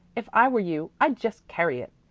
if i were you, i'd just carry it.